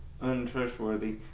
untrustworthy